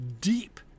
deep